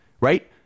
right